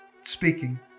speaking